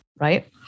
right